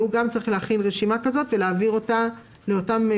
גם צריך להכין רשימה כזאת ולהעביר אותה לגורמי